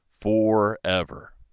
forever